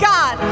God